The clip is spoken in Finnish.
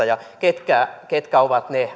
ja mitkä ovat ne